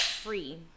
free